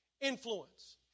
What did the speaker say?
Influence